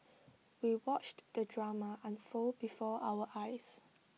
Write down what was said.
we watched the drama unfold before our eyes